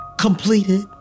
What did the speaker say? completed